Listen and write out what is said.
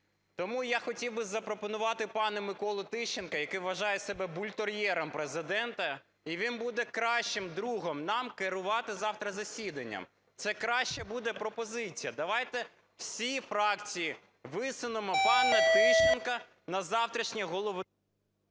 Тому я хотів би запропонувати пана Миколу Тищенка, який вважає себе "бультер'єром" Президента, і він буде кращим другом нам керувати завтра засіданням. Це краща буде пропозиція. Давайте всі фракції висунемо пана Тищенка на завтрашнє…